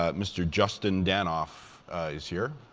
ah mr. justin danhof is here.